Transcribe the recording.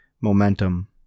momentum